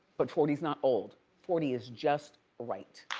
but forty is not old. forty is just right.